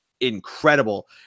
incredible